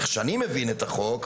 איך שאני מבין את החוק,